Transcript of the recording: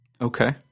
Okay